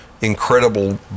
incredible